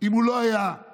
אם הוא לא היה בממשלה.